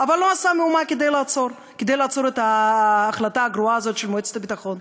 אבל לא עשה מאומה לעצור את ההחלטה הגרועה הזאת של מועצת הביטחון.